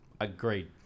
Agreed